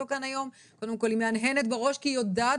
אותו כאן היום יודעים - היא מהנהנת בראש כי היא יודעת